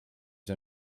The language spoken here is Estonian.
see